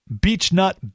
beechnut